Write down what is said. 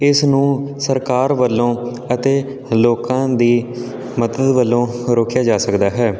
ਇਸ ਨੂੰ ਸਰਕਾਰ ਵੱਲੋਂ ਅਤੇ ਲੋਕਾਂ ਦੀ ਮਦਦ ਵੱਲੋਂ ਰੋਕਿਆ ਜਾ ਸਕਦਾ ਹੈ